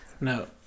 No